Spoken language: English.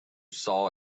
saw